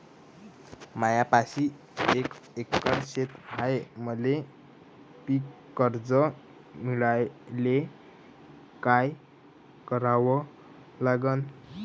मायापाशी एक एकर शेत हाये, मले पीककर्ज मिळायले काय करावं लागन?